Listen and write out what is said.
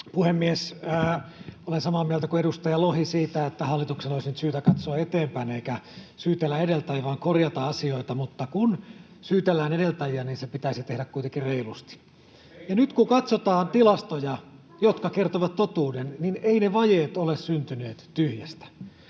puhemies! Olen samaa mieltä kuin edustaja Lohi siitä, että hallituksella olisi nyt syytä katsoa eteenpäin eikä syytellä edeltäjiään vaan korjata asioita, mutta kun syytellään edeltäjiä, se pitäisi tehdä kuitenkin reilusti. Nyt kun katsotaan tilastoja, jotka kertovat totuuden, niin eivät ne vajeet ole syntyneet tyhjästä.